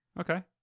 Okay